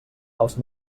els